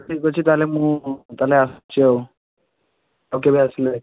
ହଉ ଠିକ୍ଅଛି ତାହେଲେ ମୁଁ ତାହେଲେ ଆସୁଛି ଆଉ ଆଉ କେବେ ଆସିଲେ ଦେଖାହେବ